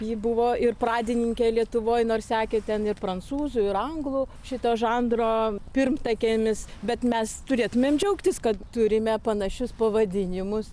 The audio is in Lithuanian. ji buvo ir pradininkė lietuvoj nors sekė ten ir prancūzų ir anglų šito žanro pirmtakėmis bet mes turėtumėm džiaugtis kad turime panašius pavadinimus